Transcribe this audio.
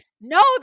No